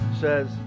says